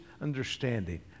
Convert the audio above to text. understanding